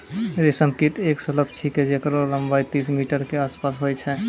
रेशम कीट एक सलभ छिकै जेकरो लम्बाई तीस मीटर के आसपास होय छै